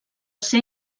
ser